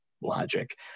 logic